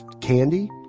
candy